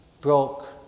broke